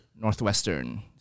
Northwestern